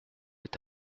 est